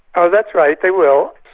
ah that's right, they will.